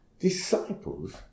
Disciples